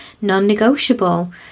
non-negotiable